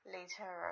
Later